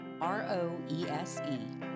R-O-E-S-E